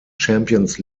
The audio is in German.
champions